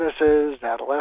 adolescents